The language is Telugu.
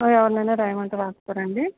ఎవరినైనా రాయమంటే రాస్తారండి